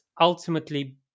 ultimately